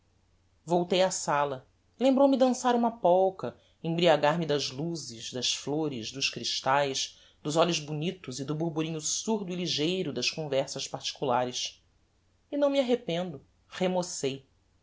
voltei á sala lembrou-me dansar uma polka embriagar me das luzes das flores dos crystaes dos olhos bonitos e do borburinho surdo e ligeiro das conversas particulares e não me arrependo remocei mas